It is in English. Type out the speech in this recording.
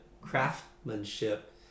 Craftsmanship